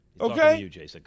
Okay